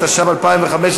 התשע"ו 2015,